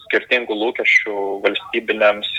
skirtingų lūkesčių valstybiniams